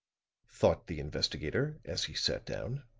thought the investigator, as he sat down,